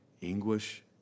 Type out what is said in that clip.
English